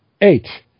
eight